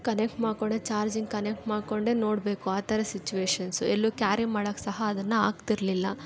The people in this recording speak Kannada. ಕನೆಕ್ಟ್ ಮಾಡ್ಕೊಂಡೇ ಚಾರ್ಜಿಂಗ್ ಕನೆಕ್ಟ್ ಮಾಡ್ಕೊಂಡೇ ನೋಡಬೇಕು ಆ ಥರ ಸಿಚುವೇಶನ್ಸ್ ಎಲ್ಲೂ ಕ್ಯಾರಿ ಮಾಡೋಕೆ ಸಹ ಅದನ್ನು ಆಗ್ತಿರಲಿಲ್ಲ